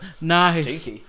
nice